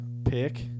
Pick